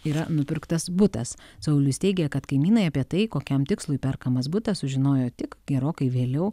yra nupirktas butas saulius teigė kad kaimynai apie tai kokiam tikslui perkamas butas sužinojo tik gerokai vėliau